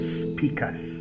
speakers